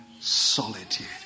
solitude